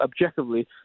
objectively